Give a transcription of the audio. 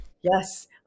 Yes